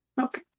Okay